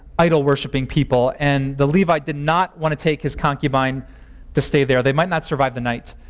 idol-worshipping people. and the levite did not want to take his concubine to stay there they might not survive the night.